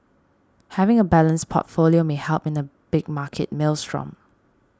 having a balanced portfolio may help in a big market maelstrom